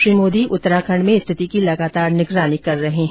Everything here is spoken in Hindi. श्री मोदी उत्तराखंड में स्थिति की लगातार निगरानी कर रहे हैं